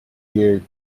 you